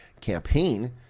campaign